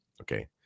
Okay